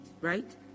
right